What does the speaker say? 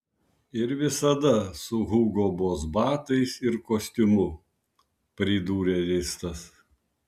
ir visada su hugo boss batais ir kostiumu pridūrė ristas